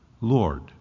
Lord